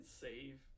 save